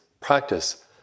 practice